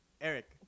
Eric